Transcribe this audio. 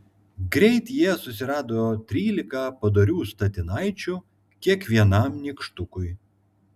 greit jie susirado trylika padorių statinaičių kiekvienam nykštukui